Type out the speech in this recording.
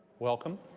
welcome.